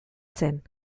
zen